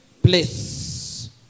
Place